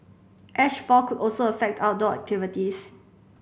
ash fall could also affect outdoor activities